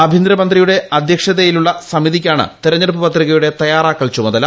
ആഭ്യന്തര മന്ത്രിയുടെ അധ്യക്ഷതയിലുള്ള സമിതിക്കാണ് തെരഞ്ഞെടുപ്പ് പത്രികയുടെ തയ്യാറാക്കൽ ചുമതല